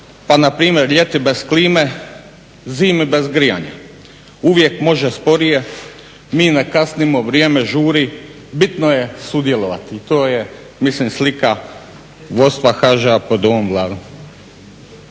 Pa na primjer "Ljeti bez klime, zimi bez grijanja", "Uvijek može sporije", "Mi ne kasnimo, vrijeme žuri", "Bitno je sudjelovati". To je mislim slika vodstva HŽ-a pod ovom Vladom.